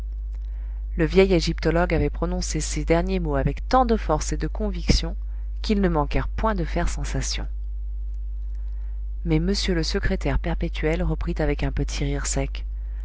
le vieil égyptologue avait prononcé ces derniers mots avec tant de force et de conviction qu'ils ne manquèrent point de faire sensation mais m le secrétaire perpétuel reprit avec un petit rire sec